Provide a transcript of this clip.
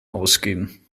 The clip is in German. ausgehen